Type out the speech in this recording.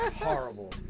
Horrible